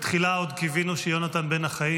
בתחילה עוד קיווינו שיונתן בין החיים.